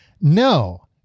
No